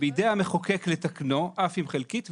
בידי המחוקק לתקנו אף אם חלקית,